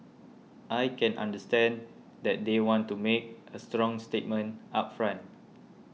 I can understand that they want to make a strong statement up front